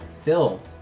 Phil